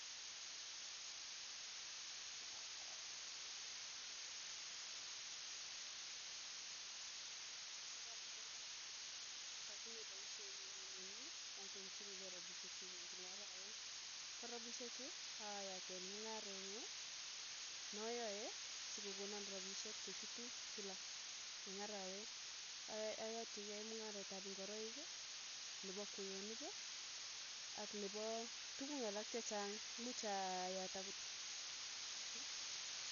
Aripchikei ngokaik chuk, kokeny aa atinyei tuuk chuk. ko a kopetushechoe kokeny kokapek kenyishek muut, kokakosiran serikali, atinye paishenyun ne nenyu, nachonchinikei ropishek chuk eng kila arawet, ko rapishe chu, ayate mng'arenyu, noyoe sikokonan rapishek che chutu kila eng' arawet, aya ayaitchi kei mng'aret ap ngoroik, nepo kweyonik, ak nepo tukun alak chechang, much ayat akot mmh.